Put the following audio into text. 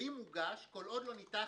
"...ואם הוגש, כל עוד לא ניתנה